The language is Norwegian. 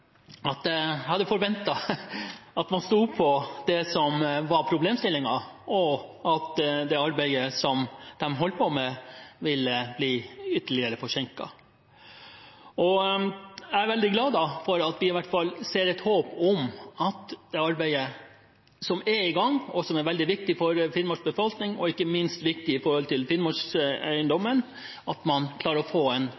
at jeg hadde forventet at man sto på det som var problemstillingen, og at det arbeidet som de holder på med, ville bli ytterligere forsinket. Jeg er derfor veldig glad for at vi i hvert fall ser et håp om at man klarer å få til en fortsettelse av arbeidet som er i gang, som er veldig viktig for Finnmarks befolkning og ikke minst viktig